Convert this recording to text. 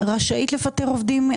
רשאית לפטר עובדים.